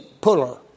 puller